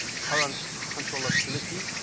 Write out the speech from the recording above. current controllability.